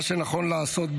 מה שנכון לעשות,